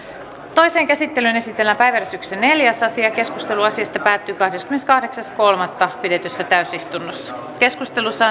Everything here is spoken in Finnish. toiseen käsittelyyn esitellään päiväjärjestyksen neljäs asia keskustelu asiasta päättyi kahdeskymmeneskahdeksas kolmatta kaksituhattaseitsemäntoista pidetyssä täysistunnossa keskustelussa